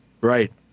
Right